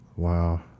Wow